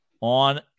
on